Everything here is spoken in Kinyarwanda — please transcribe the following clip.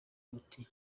buti